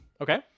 Okay